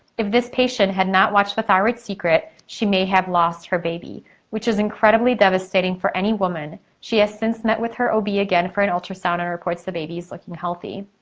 if this patient had not watched the thyroid secret, she may have lost her baby which is incredibly devastating for any woman. she has since met with her ob again for an ultrasound and reports the baby is looking healthy.